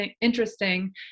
interesting